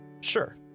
Sure